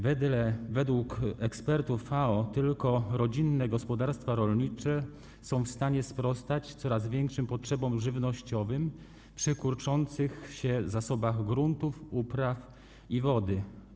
Według ekspertów FAO tylko rodzinne gospodarstwa rolnicze są w stanie sprostać coraz większym potrzebom żywnościowym przy kurczących się zasobach gruntów, upraw i wody.